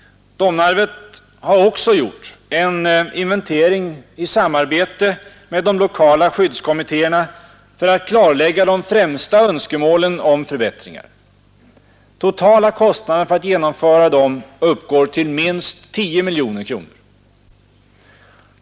Domnarvet har också gjort en inventering i samarbete med de lokala skyddskommittéerna för att klarlägga de främsta önskemålen om förbättringar. Totala kostnaden för att genomföra dem uppgår till minst 10 miljoner kronor.